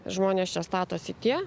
žmonės čia statosi tie